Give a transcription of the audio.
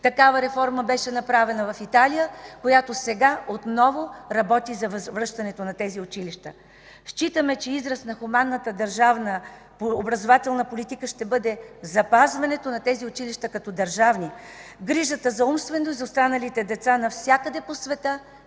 Такава реформа беше направена в Италия, която сега отново работи за възвръщането на тези училища. Считаме, че израз на хуманната държавна образователна политика ще бъде запазването на тези училища като държавни. Грижата за умствено изостаналите деца навсякъде по света,